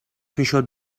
میشد